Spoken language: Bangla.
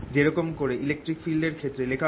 যেরকম করে ইলেকট্রিক ফিল্ড এর ক্ষেত্রে লেখা হয়